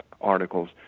articles